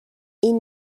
این